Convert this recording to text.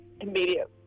immediate